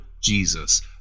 Jesus